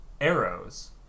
arrows